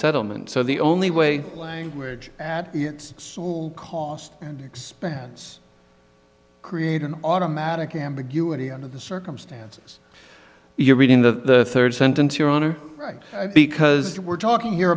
settlement so the only way language at all costs expense create an automatic ambiguity under the circumstances you're reading the third sentence your honor because we're talking here